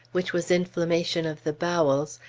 which was inflammation of the bowels,